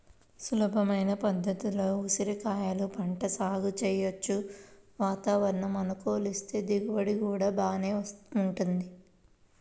సులభమైన పద్ధతుల్లో ఉసిరికాయల పంట సాగు చెయ్యొచ్చు, వాతావరణం అనుకూలిస్తే దిగుబడి గూడా బాగానే వుంటది